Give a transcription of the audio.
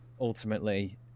ultimately